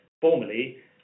formally